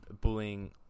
bullying